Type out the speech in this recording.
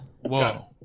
Whoa